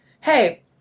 hey